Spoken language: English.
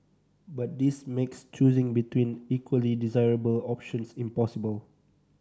but this makes choosing between equally desirable options impossible